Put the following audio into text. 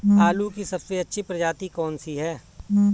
आलू की सबसे अच्छी प्रजाति कौन सी है?